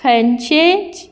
खंयचेच